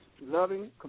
Loving